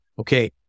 Okay